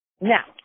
Now